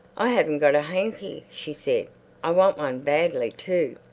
i haven't got a hanky, she said i want one badly, too.